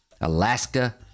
Alaska